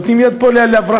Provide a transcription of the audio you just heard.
נותנים יד פה להברחת,